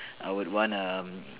I would want a